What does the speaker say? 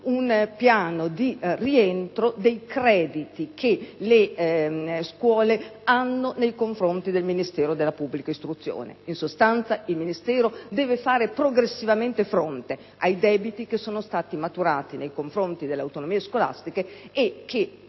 un piano di rientro dei crediti che le scuole hanno nei confronti del Ministero della pubblica istruzione. In sostanza, il Ministero deve fare progressivamente fronte ai debiti maturati nei confronti delle autonomie scolastiche, che